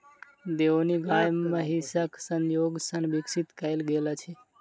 देओनी गाय महीसक संजोग सॅ विकसित कयल गेल अछि